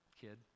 kid